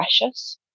precious